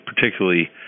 particularly